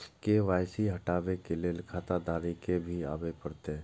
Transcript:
KYC हटाबै के लैल खाता धारी के भी आबे परतै?